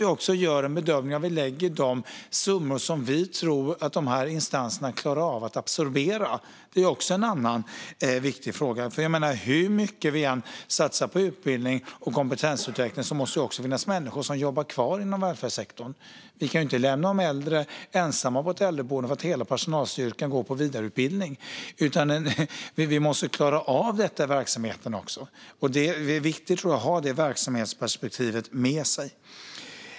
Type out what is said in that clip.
Vi i regeringen gör en bedömning och lägger de summor som vi tror att dessa instanser klarar av att absorbera. Det är också en viktig fråga. Hur mycket vi än satsar på utbildning och kompetensutveckling måste det finnas människor som jobbar kvar inom välfärdssektorn. Det går ju inte att lämna de äldre ensamma på ett äldreboende därför att hela personalstyrkan går på vidareutbildning, utan verksamheten måste klara av detta. Jag tror att det är viktigt att ha det verksamhetsperspektivet med sig.